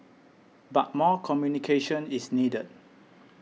but more communication is needed